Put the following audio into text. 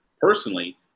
personally